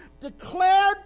Declared